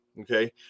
Okay